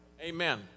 Amen